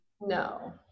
No